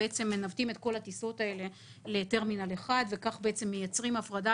שמנווטים את כל הטיסות האלה לטרמינל אחד וכך מייצרים הפרדה,